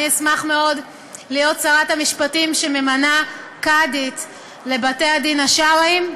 אני אשמח מאוד להיות שרת המשפטים שממנה קאדית לבתי-הדין השרעיים.